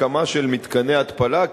הקמה של מתקני התפלה,